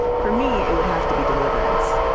for me it would have to be deliverance.